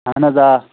اَہَن حظ آ